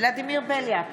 ולדימיר בליאק,